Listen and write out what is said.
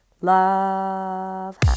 love